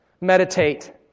meditate